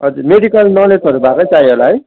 हजुर मेडिकल नलेजहरू भएकै चाहियो होला है